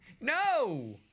No